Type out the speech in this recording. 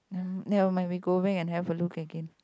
ah never mind we go back and have a look again